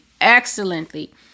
excellently